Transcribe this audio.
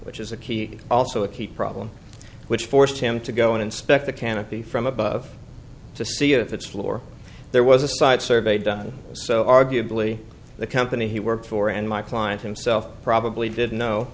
which is a key also a key problem which forced him to go and inspect the canopy from above to see if its floor there was a site survey done so arguably the company he worked for and my client himself probably didn't know